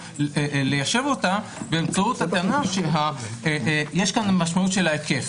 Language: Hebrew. ליישב אותה באמצעות הטענה שיש כאן משמעות של ההיקף,